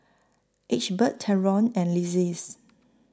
Egbert Trevon and